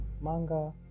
manga